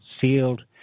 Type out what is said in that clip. sealed